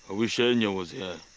wish enya was here.